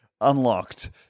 unlocked